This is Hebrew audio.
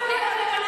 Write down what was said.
שלכם,